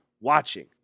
watching